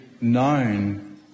known